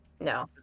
No